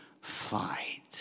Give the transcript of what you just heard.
fight